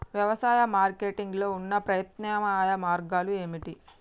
వ్యవసాయ మార్కెటింగ్ లో ఉన్న ప్రత్యామ్నాయ మార్గాలు ఏమిటి?